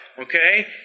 Okay